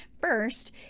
first